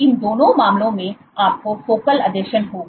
इन दोनों मामलों में आपको फोकल आसंजन होगा